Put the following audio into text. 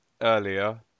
earlier